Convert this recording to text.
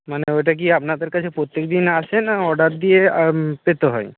মানে ওইটা কি আপনাদের কাছে প্রত্যেকদিন আসে না অর্ডার দিয়ে পেতে হয়